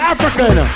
African